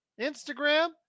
Instagram